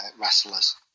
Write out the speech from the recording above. wrestlers